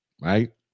Right